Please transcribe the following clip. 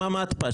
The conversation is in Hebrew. עם המתפ"ש.